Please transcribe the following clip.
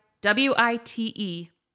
W-I-T-E